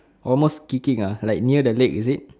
almost kicking uh like near the leg is it